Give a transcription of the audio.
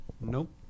Nope